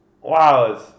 wow